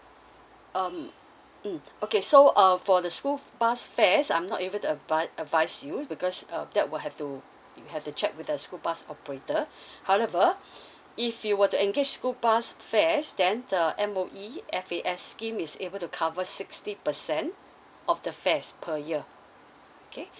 um mm okay so uh for the school bus fares I'm not able to advise you because um that will have to we have to check with the school bus operator however if you were to engage school bus fares then the M_O_E F_A_S scheme is able to cover sixty percent of the fares per year okay